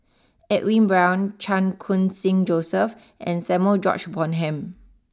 Edwin Brown Chan Khun sing Joseph and Samuel George Bonham